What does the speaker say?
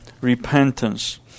repentance